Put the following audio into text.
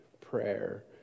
prayer